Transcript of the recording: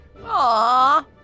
aww